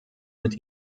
mit